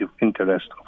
interest